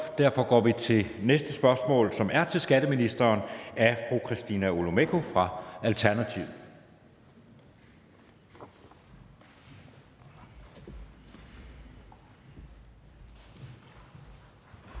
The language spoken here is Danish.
Derfor går vi til det næste spørgsmål, som er til skatteministeren af fru Christina Olumeko fra Alternativet.